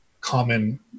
common